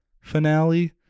finale